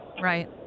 Right